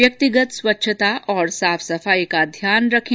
व्यक्तिगत स्वच्छता और साफ सफाई का ध्यान रखें